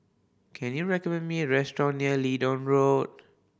can you recommend me a restaurant near Leedon Road